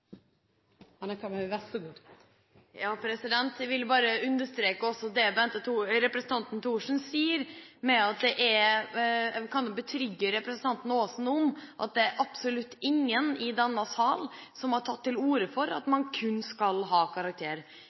Jeg kan betrygge representanten Aasen med at det er absolutt ingen i denne sal som har tatt til orde for at man kun skal ha